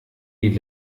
die